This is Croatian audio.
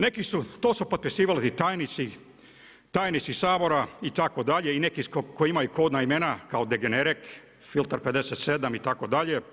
Neki su, to su potpisivali ti tajnici, tajnici Sabor itd. i neki koji imaju kodna imena kao Degenerek, Filter 57 itd.